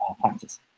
practice